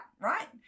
right